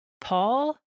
Paul